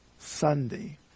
Sunday